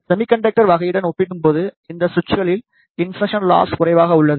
semiconductor வகையுடன் ஒப்பிடும்போது இந்த சுவிட்சுகளில் இன்செர்சன் லாஸ் குறைவாக உள்ளது